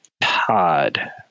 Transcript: Todd